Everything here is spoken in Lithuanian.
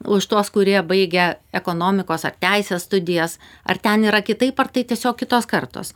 už tuos kurie baigė ekonomikos ar teisės studijas ar ten yra kitaip ar tai tiesiog kitos kartos